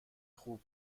خوب